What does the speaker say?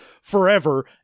forever